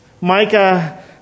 Micah